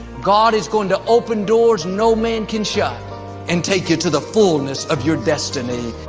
god is going to open doors no, man can shut and take you to the fullness of your destiny